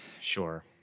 Sure